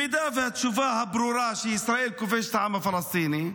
אם התשובה הברורה, שישראל כובשת את העם הפלסטיני,